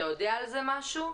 אתה יודע על זה משהו?